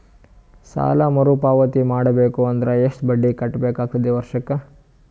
ಸಾಲಾ ಮರು ಪಾವತಿ ಮಾಡಬೇಕು ಅಂದ್ರ ಎಷ್ಟ ಬಡ್ಡಿ ಕಟ್ಟಬೇಕಾಗತದ ವರ್ಷಕ್ಕ?